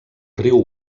riu